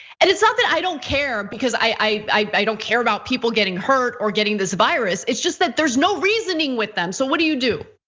and it's not that i don't care, because i i don't care about people getting hurt or getting this virus. it's just that there's no reasoning with them. so what do you do?